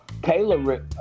Kayla